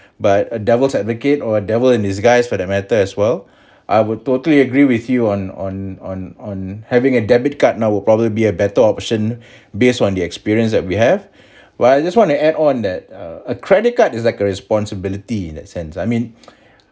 but a devil's advocate or devil in disguise for that matter as well I will totally agree with you on on on on having a debit card now would probably be a better option based on the experience that we have what I just wanna add on that uh credit card is like a responsibility in that sense I mean